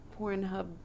Pornhub